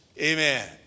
Amen